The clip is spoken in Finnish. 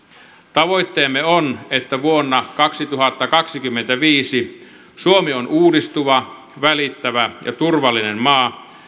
tavoitteemme on että vuonna kaksituhattakaksikymmentäviisi suomi on uudistuva välittävä ja turvallinen maa